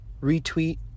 retweet